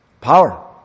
Power